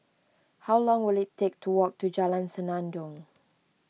how long will it take to walk to Jalan Senandong